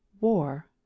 war